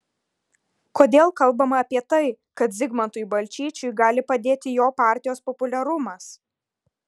kodėl kalbama apie tai kad zigmantui balčyčiui gali padėti jo partijos populiarumas